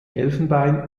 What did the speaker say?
elfenbein